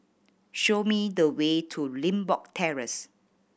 show me the way to Limbok Terrace